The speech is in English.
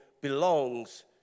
belongs